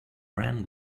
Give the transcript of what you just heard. ran